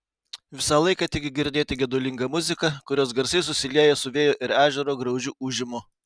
visą laiką tik girdėti gedulinga muzika kurios garsai susilieja su vėjo ir ežero graudžiu ūžimu